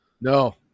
No